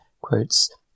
quotes